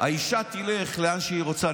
האישה תלך לאן שהיא רוצה,